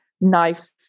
Knife